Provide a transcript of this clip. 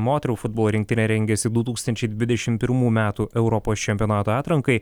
moterų futbolo rinktinė rengiasi du tūkstančiai dvidešim pirmų metų europos čempionato atrankai